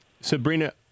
Sabrina